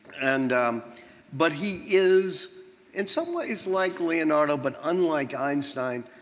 and but he is in some ways like leonardo but unlike einstein,